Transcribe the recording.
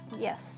Yes